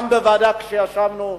גם כשישבנו בוועדה.